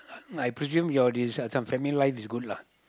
my presume your this family life is good lah